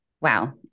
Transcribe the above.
wow